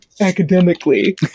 academically